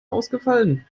ausgefallen